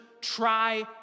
try